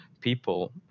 people